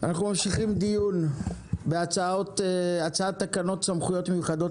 אנחנו ממשיכים דיון בהצעת תקנות סמכויות מיחדות